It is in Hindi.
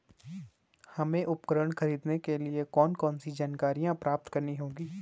हमें उपकरण खरीदने के लिए कौन कौन सी जानकारियां प्राप्त करनी होगी?